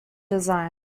design